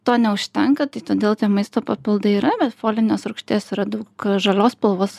to neužtenka tai todėl tie maisto papildai yra bet folinės rūgšties yra daug žalios spalvos